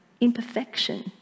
imperfection